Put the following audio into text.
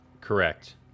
Correct